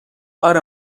اره